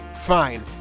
fine